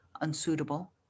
unsuitable